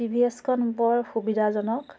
T V S খন বৰ সুবিধাজনক